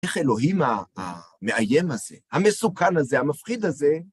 איך אלוהים המאיים הזה, המסוכן הזה, המפחיד הזה,